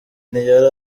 ntiyari